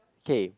K